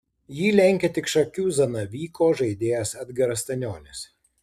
jį lenkia tik šakių zanavyko žaidėjas edgaras stanionis